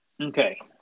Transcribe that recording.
Okay